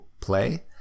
play